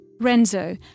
Renzo